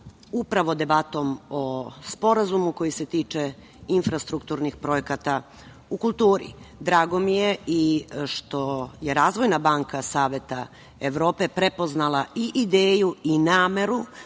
upravo debatom o sporazumu koji se tiče infrastrukturnih projekata u kulturi. Drago mi je i što je Razvojna banka Saveta Evrope prepoznala i ideju i nameru,